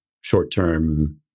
short-term